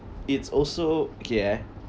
it's also okay ah